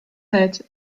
head